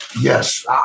Yes